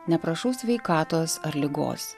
neprašaus sveikatos ar ligos